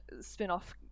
spin-off